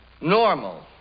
normal